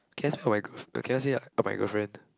that's for my grilf~ can I say like about my girlfriend